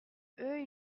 eux